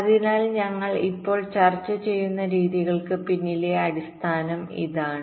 അതിനാൽ ഞങ്ങൾ ഇപ്പോൾ ചർച്ച ചെയ്യുന്ന രീതികൾക്ക് പിന്നിലെ അടിസ്ഥാന ആശയം ഇതാണ്